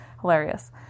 hilarious